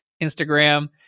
Instagram